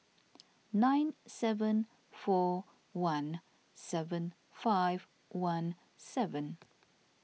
nine seven four one seven five one seven